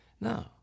No